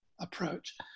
approach